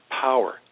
power